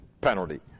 penalty